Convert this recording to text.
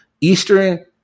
Eastern